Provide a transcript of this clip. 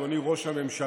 אדוני ראש הממשלה,